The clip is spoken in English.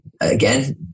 again